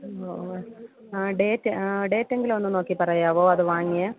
ഓ ആ ഡേറ്റ് ആ ഡേറ്റെങ്കിലും ഒന്ന് നോക്കി പറയാമോ അത് വാങ്ങിയ